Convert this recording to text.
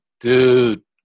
Dude